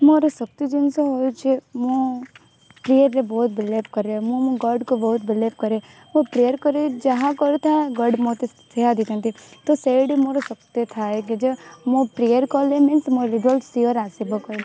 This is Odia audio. ମୋର ଶକ୍ତି ଜିନିଷ ହେଉଛି ମୁଁ ପ୍ରେୟାର୍ରେ ବହୁତ ବିଲିଭ୍ କରେ ମୁଁ ମୋ ଗଡ଼୍ଙ୍କୁ ବହୁତ ବିଲିଭ୍ କରେ ଓ ପ୍ରେୟାର୍ କରେ ଯାହା କରୁଥାଏ ଗଡ଼୍ ମୋତେ ସେଇଆ ଦେଇଥାନ୍ତି ତ ସେଇଠି ମୋର ଶକ୍ତି ଥାଏ କି ଯେ ମୁଁ ପ୍ରେୟାର୍ କଲେ ମିନ୍ସ୍ ମୋର ରେଜଲ୍ଟ୍ ସିଓର ଆସିବ